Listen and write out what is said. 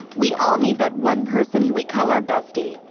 we all need that one person who we call our bestie,